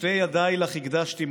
"שתי ידיי לך הקדשתי,